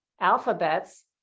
Alphabets